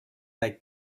like